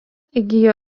įgijo